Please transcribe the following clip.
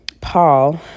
Paul